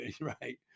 Right